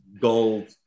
gold